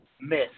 miss